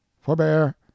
FORBEAR